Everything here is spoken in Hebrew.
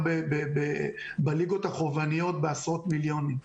בליגות החובבניות מדובר בעשרות מיליונים.